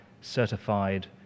certified